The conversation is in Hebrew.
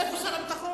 איפה שר הביטחון?